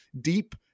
deep